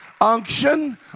unction